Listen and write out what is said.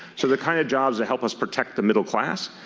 so the kind of jobs that help us protect the middle class.